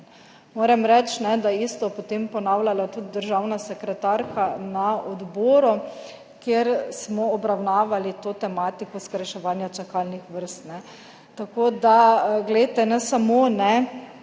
Moram reči, da je isto potem ponavljala tudi državna sekretarka na odboru, kjer smo obravnavali tematiko skrajševanja čakalnih vrst. Tako da, glejte, ne samo,